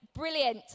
Brilliant